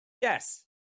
yes